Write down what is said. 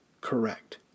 correct